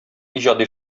иҗади